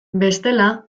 bestela